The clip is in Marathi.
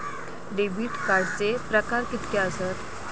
डेबिट कार्डचे प्रकार कीतके आसत?